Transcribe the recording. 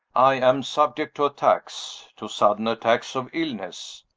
i am subject to attacks to sudden attacks of illness.